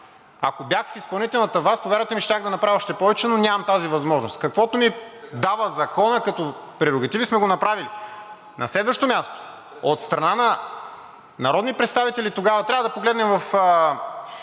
Ако бях в изпълнителната власт, повярвайте ми, щях да направя още повече, но нямам тази възможност. Каквото ни дава Законът като прерогативи, сме го направили. На следващо място, от страна на народни представители тогава – трябва да погледнем в